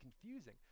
confusing